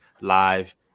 live